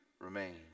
remain